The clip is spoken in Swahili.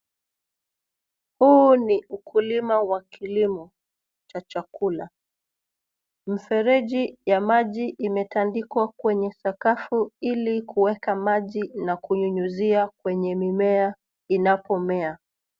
Huu ni ukulima wa kilimo cha chakula. Mfereji ya maji imetandikwa kwenye sakafu ili kuweka maji na kunyunyuzia kwenye mimea inapo mea.